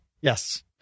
Yes